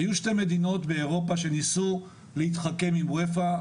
היו שתי מדינות באירופה שניסו להתחכם עם אופ"א,